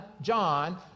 John